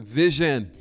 vision